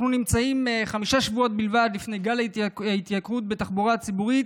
אנחנו נמצאים חמישה שבועות בלבד לפני גל התייקרות בתחבורה הציבורית,